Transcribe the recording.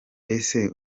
ese